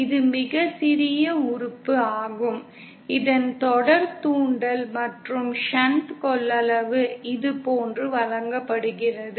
இது மிகச் சிறிய உறுப்பு ஆகும் இதன் தொடர் தூண்டல் மற்றும் ஷன்ட் கொள்ளளவு இதுபோன்று வழங்கப்படுகிறது